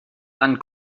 tan